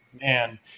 Man